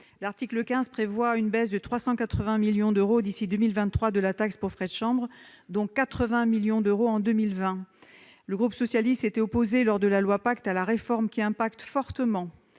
L'article 15 prévoit une baisse de 380 millions d'euros d'ici à 2023 de la taxe pour frais de chambre, dont 80 millions d'euros en 2020. Le groupe socialiste s'était opposé, lors de l'examen de la loi Pacte, à la réforme qui impacte fortement